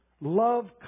Love